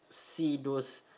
see those